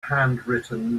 handwritten